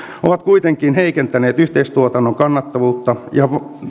ovat kuitenkin heikentäneet yhteistuotannon kannattavuutta ja